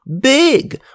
big